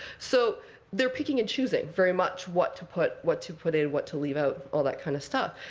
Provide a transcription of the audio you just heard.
so they're picking and choosing, very much, what to put, what to put in, what to leave out, all that kind of stuff.